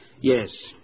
Yes